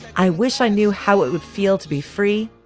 i wish i knew how it would feel to be free.